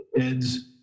Ed's